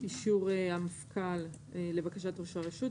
אישור המפכ"ל לבקשת ראש הרשות,